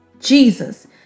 Jesus